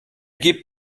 gibt